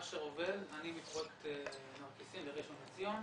אשר עובד, אני מפרויקט נרקיסים בראשון לציון.